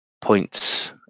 points